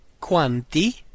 quanti